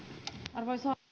arvoisa